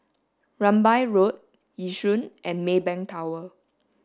Rambai Road Yishun and Maybank Tower